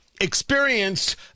experienced